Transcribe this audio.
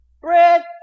Bread